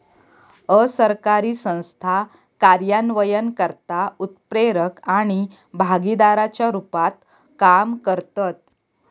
असरकारी संस्था कार्यान्वयनकर्ता, उत्प्रेरक आणि भागीदाराच्या रुपात काम करतत